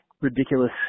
ridiculous